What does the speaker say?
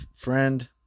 Friend